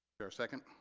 there a second?